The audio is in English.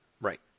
Right